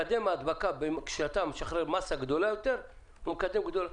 מקדם ההדבקה כשאתה משחרר מאסה גדולה יותר הוא מקדם הדבקה גדול יותר.